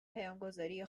پیامگذاری